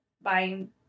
buying